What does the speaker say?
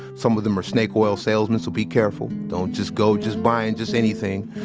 some of them are snake oil salesmen, so be careful. don't just go just buying just anything.